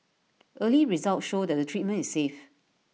early results show that the treatment is safe